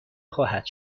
خواهد